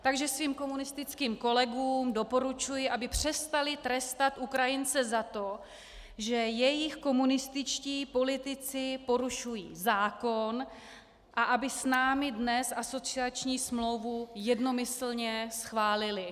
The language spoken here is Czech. Takže svým komunistickým kolegům doporučuji, aby přestali trestat Ukrajince za to, že jejich komunističtí politici porušují zákon, a aby s námi dnes asociační smlouvu jednomyslně schválili.